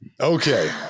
Okay